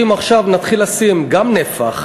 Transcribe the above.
אם עכשיו נתחיל לשים גם נפח,